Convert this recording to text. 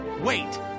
Wait